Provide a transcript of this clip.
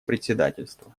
председательства